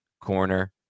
corner